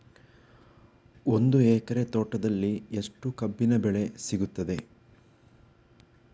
ಒಂದು ಎಕರೆ ತೋಟದಲ್ಲಿ ಎಷ್ಟು ಕಬ್ಬಿನ ಬೆಳೆ ಸಿಗುತ್ತದೆ?